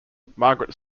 margaret